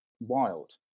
wild